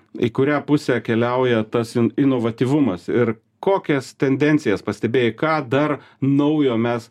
į kurią pusę keliauja tas in inovatyvumas ir kokias tendencijas pastebėjai ką dar naujo mes